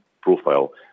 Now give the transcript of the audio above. profile